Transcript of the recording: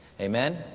Amen